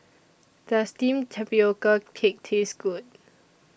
Does Steamed Tapioca Cake Taste Good